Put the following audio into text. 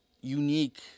unique